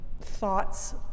thoughts